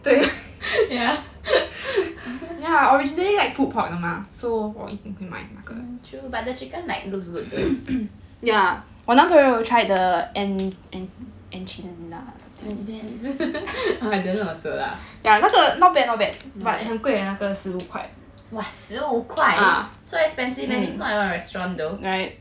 hmm true but the chicken like looks good though and then I don't know also lah and then !wah! 十五块 so expensive and it's not even a restaurant though